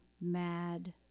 mad